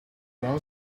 ground